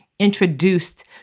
introduced